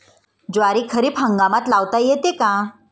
ज्वारी खरीप हंगामात लावता येते का?